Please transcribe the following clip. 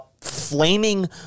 flaming